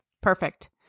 Perfect